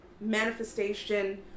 manifestation